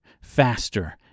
faster